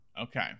okay